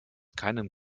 keinen